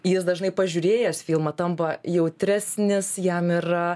jis dažnai pažiūrėjęs filmą tampa jautresnis jam yra